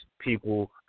people